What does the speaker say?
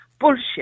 Bullshit